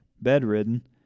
bedridden